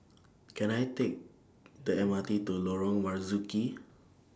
Can I Take The M R T to Lorong Marzuki